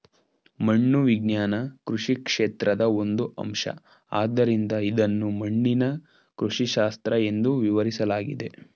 ಮಣ್ಣು ವಿಜ್ಞಾನ ಕೃಷಿ ಕ್ಷೇತ್ರದ ಒಂದು ಅಂಶ ಆದ್ದರಿಂದ ಇದನ್ನು ಮಣ್ಣಿನ ಕೃಷಿಶಾಸ್ತ್ರ ಎಂದೂ ವಿವರಿಸಲಾಗಿದೆ